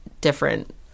different